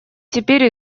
теперь